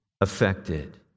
affected